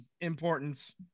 importance